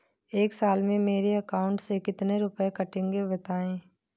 एक साल में मेरे अकाउंट से कितने रुपये कटेंगे बताएँ?